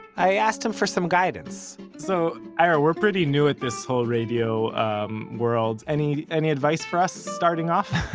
i asked him for some guidance. so ira, we're pretty new at this whole radio um world. any, any advice for us starting off?